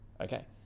okay